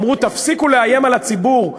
אמרו: תפסיקו לאיים על הציבור,